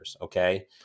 Okay